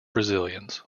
brazilians